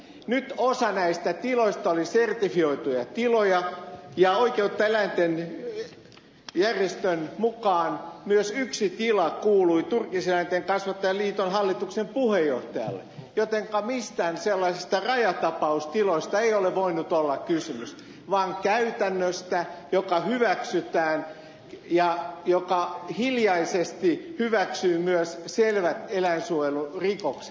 nyt osa näistä tiloista oli sertifioituja tiloja ja oikeutta eläimille järjestön mukaan myös yksi tila kuului suomen turkiseläinten kasvattajain liiton hallituksen puheenjohtajalle jotenka mistään sellaisista rajatapaustiloista ei ole voinut olla kysymys vaan käytännöstä joka hyväksytään ja joka hiljaisesti hyväksyy myös selvät eläinsuojelurikokset